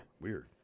Weird